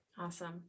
Awesome